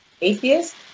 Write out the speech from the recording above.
atheist